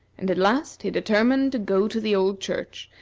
and at last he determined to go to the old church,